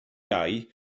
iau